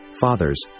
Fathers